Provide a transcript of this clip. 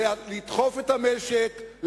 לדחוף את המשק,